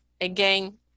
again